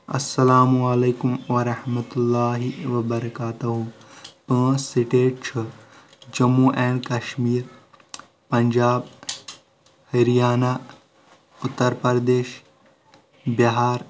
السلام علیکم ورحمتہ اللہ وبرکاتہُ پانژ سِٹیٹ چھِ جموں اینٛڈ کشمیر پنجاب ۂریانہ اُتر پردیش بِہار